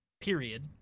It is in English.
period